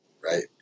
right